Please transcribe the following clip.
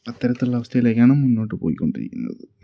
അത്തരത്തിലുള്ള അവസ്ഥയിലേക്കാണ് മുന്നോട്ട് പോയിക്കൊണ്ടിരിക്കുന്നത്